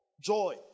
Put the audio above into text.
Joy